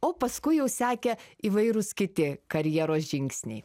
o paskui jau sekė įvairūs kiti karjeros žingsniai